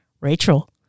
Rachel